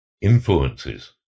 influences